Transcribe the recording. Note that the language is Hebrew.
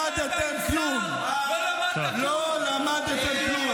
למדתם דבר וחצי דבר.